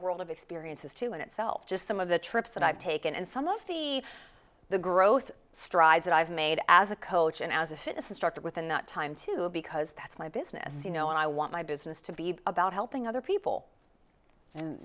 world of experiences too in itself just some of the trips that i've taken and some of the the growth strides that i've made as a coach and as a fitness instructor within that time to because that's my business you know and i want my business to be about helping other people